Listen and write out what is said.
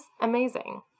amazing